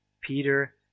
Peter